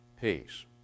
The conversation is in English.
peace